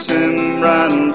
Simran